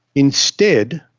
instead,